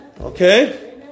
Okay